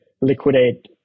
liquidate